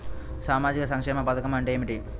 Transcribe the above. సామాజిక సంక్షేమ పథకం అంటే ఏమిటి?